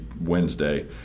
Wednesday